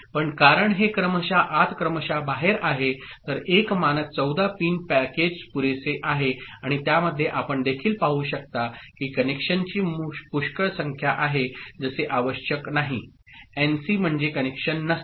पण कारण हे क्रमशः आत क्रमशः बाहेर आहे तर एक मानक 14 पिन पॅकेज पुरेसे आहे आणि त्यामध्ये आपण देखील पाहू शकता की कनेक्शनची पुष्कळ संख्या आहे जसे आवश्यक नाही एनसी म्हणजे कनेक्शन नसते